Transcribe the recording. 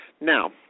Now